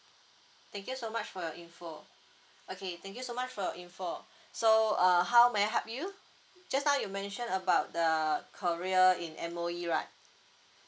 thank you so much for your info okay thank you so much for your info so uh how may I help you just now you mentioned about the career in M_O_E right